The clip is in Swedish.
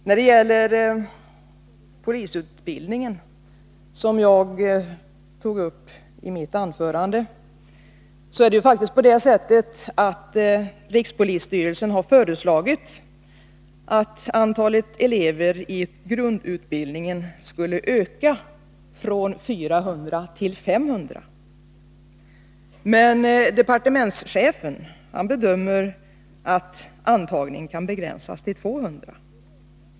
När det gäller polisutbildningen, som jag tog upp i mitt anförande, är det faktiskt på det sättet att rikspolisstyrelsen har föreslagit att antalet elever i grundutbildning skall öka från 400 till 500. Men departementschefen bedömer att antagningen kan begränsas till 200.